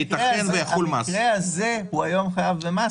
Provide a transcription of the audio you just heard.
הדרך לפתור אותה היא באמצעות טיפול בסעיף 9(2) בפקודת מס הכנסה,